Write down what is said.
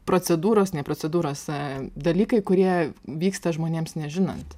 procedūros ne procedūros dalykai kurie vyksta žmonėms nežinant